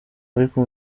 ariko